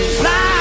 fly